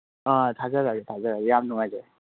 ꯑꯥ ꯊꯥꯖꯔꯛꯑꯒꯦ ꯊꯥꯖꯔꯛꯑꯒꯦ ꯌꯥꯝ ꯅꯨꯡꯉꯥꯏꯖꯔꯦ